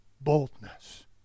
boldness